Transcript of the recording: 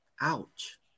Ouch